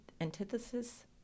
antithesis